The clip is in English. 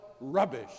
rubbish